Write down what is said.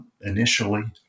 initially